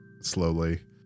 slowly